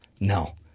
No